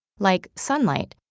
like sunlight,